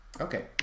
Okay